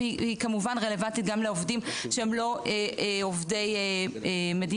כמובן שהיא רלוונטית גם לעובדים שהם לא עובדי מדינה,